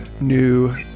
new